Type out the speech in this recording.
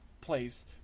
place